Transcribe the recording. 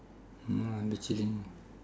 no lah I'm just chilling